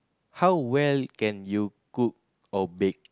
how well can you cook or bake